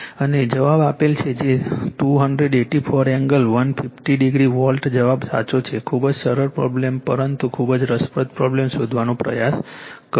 અને જવાબ આપેલ છે જે 284 એંગલ 150o વોલ્ટ જવાબ સાચો છે ખૂબ જ સરળ પ્રોબ્લેમ પરંતુ ખૂબ જ રસપ્રદ પ્રોબ્લેમ શોધવાનો પ્રયાસ કરો